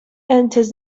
enters